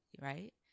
right